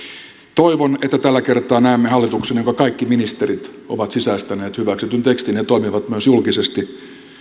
toivon että tällä kertaa näemme hallituksen jonka kaikki ministerit ovat sisäistäneet hyväksytyn tekstin ja ja toimivat myös julkisesti